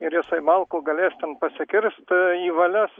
ir jisai malkų galės ten pasikirst į valias